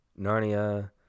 Narnia